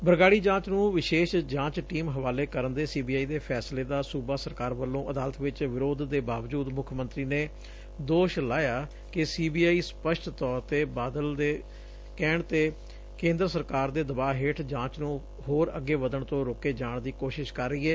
ਬਰਗਾਤੀ ਜਾਂਚ ਨੂੰ ਵਿਸ਼ੇਸ਼ ਜਾਂਚ ਟੀਮ ਹਵਾਲੇ ਕਰਨ ਦੇ ਸੀ ਬੀ ਆਈ ਦੇ ਫੈਸਲੇ ਦਾ ਸੁਬਾ ਸਰਕਾਰ ਵੱਲੋਂ ਅਦਾਲਤ ਵਿਚ ਵਿਰੋਧ ਦੇ ਬਾਵਜੁਦ ਮੁੱਖ ਮੰਤਰੀ ਨੇ ਦੋਸ਼ ਲਾਇਆ ਕਿ ਸੀ ਬੀ ਆਈ ਸਪਸ਼ਟ ਤੌਰ ਤੇ ਬਾਦਲ ਦੇ ਕਹਿਣ ਤੇ ਕੇਂਦਰ ਸਰਕਾਰ ਦੇ ਦਬਾਅ ਹੇਠ ਜਾਂਚ ਨੂੰ ਹੋਰ ਅੱਗੇ ਵੱਧਣ ਤੋਂ ਰੋਕੇ ਜਾਣ ਦੀ ਕੋਸ਼ਿਸ਼ ਕਰ ਰਹੀ ਏ